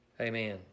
amen